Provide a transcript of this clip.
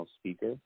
speaker